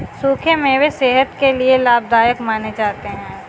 सुखे मेवे सेहत के लिये लाभदायक माने जाते है